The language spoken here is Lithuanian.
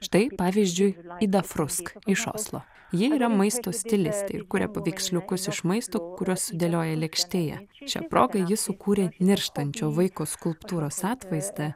štai pavyzdžiui ida frusk iš oslo ji yra maisto stilistė kuria paveiksliukus iš maisto kuriuos sudėlioja lėkštėje šia proga ji sukūrė nirštančio vaiko skulptūros atvaizdą